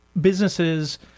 businesses